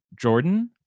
Jordan